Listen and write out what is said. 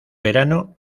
verano